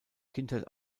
kindheit